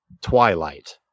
Twilight